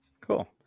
Cool